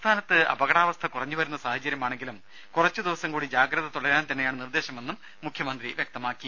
സംസ്ഥാനത്ത് അപകടാവസ്ഥ കുറഞ്ഞു വരുന്ന സാഹചര്യമാണെങ്കിലും കുറച്ച് ദിവസംകൂടി ജാഗ്രത തുടരാൻ തന്നെയാണ് നിർദേശമെന്നും മുഖ്യമന്ത്രി വ്യക്തമാക്കി